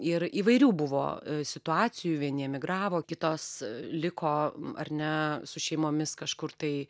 ir įvairių buvo situacijų vieni emigravo kitos liko ar ne su šeimomis kažkur tai